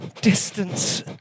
distance